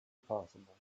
possible